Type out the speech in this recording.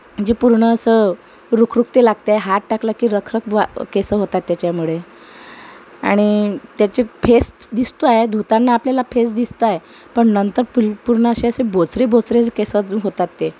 जी पूर्ण असं रुखरुखते लागतेय हात टाकला की रखरख बुवा केसं होतात त्याच्यामुळे आणि त्याचे फेस दिसतोय धुताना आपल्याला फेस दिसताय पण नंतर पुन पूर्ण असे असे बोचरे बोचरे जे केसं अजून होतात ते